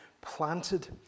planted